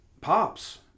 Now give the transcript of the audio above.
pops